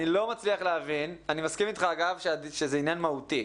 אני לא מצליח להבין ואגב אני מסכים איתך שזה עניין מהותי,